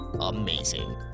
amazing